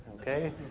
okay